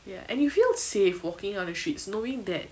ya and you feel safe walking around the streets knowing that